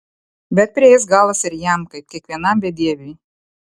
bet prieis galas ir jam kaip kiekvienam bedieviui